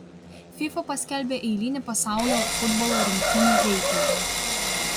fifa paskelbė eilinį pasaulio futbolo rinktinių reitingą